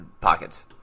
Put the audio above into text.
pockets